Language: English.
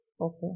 okay